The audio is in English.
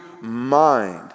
mind